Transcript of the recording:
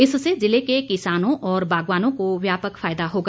इससे जिले के किसानों और बागवानों को व्यापक फायदा होगा